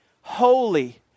holy